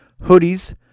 hoodies